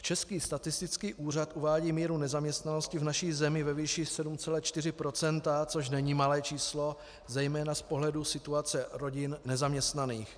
Český statistický úřad uvádí míru nezaměstnanosti v naší zemi ve výši 7,4 %, což není malé číslo, zejména z pohledu situace rodin nezaměstnaných.